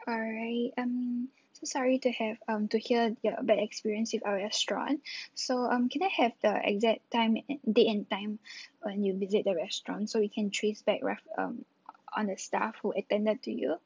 alright um so sorry to have um to hear your bad experience with our restaurant so um can I have the exact time and date and time when you visit the restaurant so we can trace back lah um on the staff who attended to you